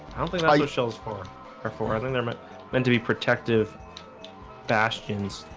i don't think all your shows for our floral in there, but meant to be protective bastions.